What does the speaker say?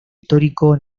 histórico